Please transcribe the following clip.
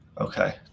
Okay